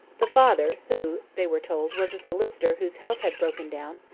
the father, who, they were told, was a solicitor whose health had broken down,